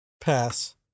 Pass